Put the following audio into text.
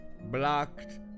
blocked